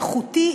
איכותי,